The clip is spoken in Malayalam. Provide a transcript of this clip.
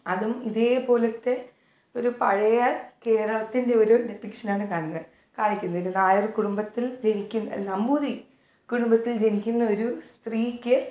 അതും ഇതേപോലത്തെ ഒരു പഴയ കേരളത്തെ ഒരു ഡെപ്പിക്ഷനാണ് കാണുന്നത് കാണിക്കുന്നത് ഒരു നായർ കുടുംമ്പത്തിൽ ജനിച്ച് നമ്പൂതിരി കുടുംമ്പത്തിൽ ജനിക്കുന്ന ഒരു സ്ത്രീക്ക്